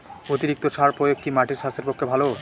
অতিরিক্ত সার প্রয়োগ কি মাটির স্বাস্থ্যের পক্ষে ভালো?